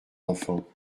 enfants